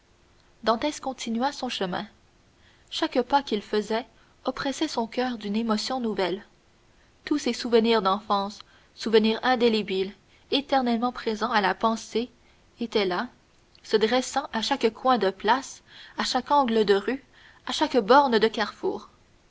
continua son chemin chaque pas qu'il faisait oppressait son coeur d'une émotion nouvelle tous ses souvenirs d'enfance souvenirs indélébiles éternellement présents à la pensée étaient là se dressant à chaque coin de place à chaque angle de rue à chaque borne de carrefour